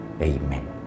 Amen